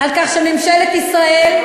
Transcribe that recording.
על כך שממשלת ישראל,